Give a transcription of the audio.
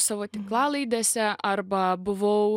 savo tinklalaidėse arba buvau